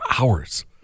hours